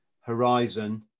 horizon